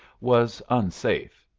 was unsafe.